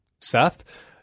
Seth –